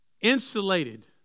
Insulated